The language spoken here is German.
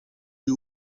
die